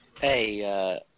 Hey